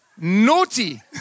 Naughty